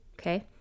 Okay